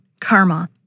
Karma